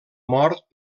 mort